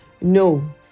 no